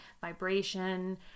vibration